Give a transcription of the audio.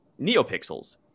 NeoPixels